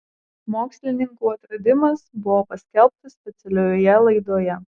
mokslininkų atradimas buvo paskelbtas specialioje laidoje